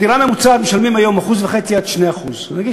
בדירה ממוצעת משלמים היום 1.5% 2%. נגיד